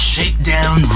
Shakedown